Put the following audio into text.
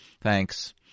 Thanks